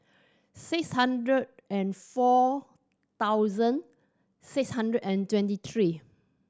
six hundred and four thousand six hundred and twenty three